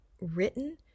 written